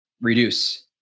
reduce